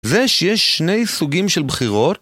זה שיש שני סוגים של בחירות